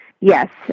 Yes